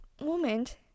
moment